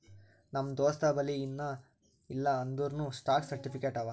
ನಮ್ ದೋಸ್ತಬಲ್ಲಿ ಎನ್ ಇಲ್ಲ ಅಂದೂರ್ನೂ ಸ್ಟಾಕ್ ಸರ್ಟಿಫಿಕೇಟ್ ಅವಾ